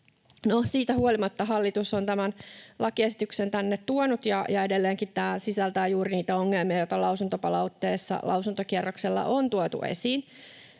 siitä huolimatta hallitus on tämän lakiesityksen tänne tuonut, ja edelleenkin tämä sisältää juuri niitä ongelmia, joita lausuntopalautteessa, lausuntokierroksella on tuotu esiin.